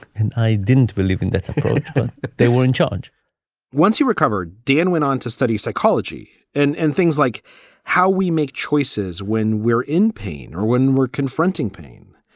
and i didn't believe in that. but they were in charge once you recovered, diane went on to study psychology and and things like how we make choices when we're in pain or when we're confronting pain.